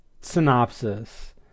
synopsis